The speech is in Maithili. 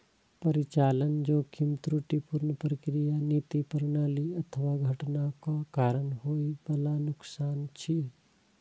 परिचालन जोखिम त्रुटिपूर्ण प्रक्रिया, नीति, प्रणाली अथवा घटनाक कारण होइ बला नुकसान छियै